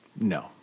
no